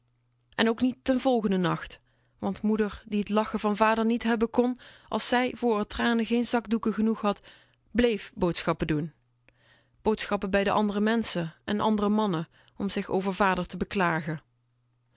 en ook niet den volgenden nacht want moeder die t lachen van vader niet hebben kon als zij voor r tranen geen zakdoeken genoeg had bleef boodschappen doen boodschappen bij andere menschen en andere mannen om zich over vader te beklagen